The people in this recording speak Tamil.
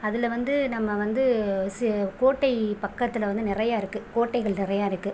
அதில் வந்து நம்ம வந்து சி கோட்டை பக்கத்தில் வந்து நிறைய இருக்கு கோட்டைகள் நிறைய இருக்கு